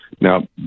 Now